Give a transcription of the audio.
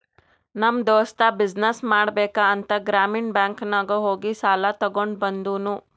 ನಮ್ ದೋಸ್ತ ಬಿಸಿನ್ನೆಸ್ ಮಾಡ್ಬೇಕ ಅಂತ್ ಗ್ರಾಮೀಣ ಬ್ಯಾಂಕ್ ನಾಗ್ ಹೋಗಿ ಸಾಲ ತಗೊಂಡ್ ಬಂದೂನು